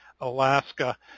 Alaska